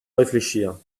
réfléchir